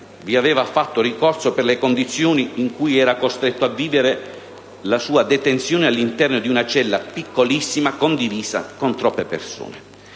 vi aveva fatto ricorso per le condizioni in cui era costretto a vivere la sua detenzione all'interno di una cella piccolissima, condivisa con troppe persone.